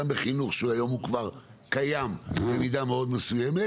גם בחינוך שהיום הוא גם קיים במידה מאוד מסוימת,